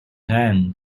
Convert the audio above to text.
then